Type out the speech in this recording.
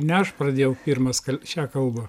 ne aš pradėjau pirmas kal šią kalbą